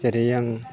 जेरै आं